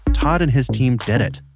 todd and his team did it.